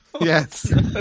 Yes